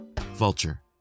Vulture